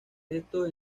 estos